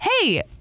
hey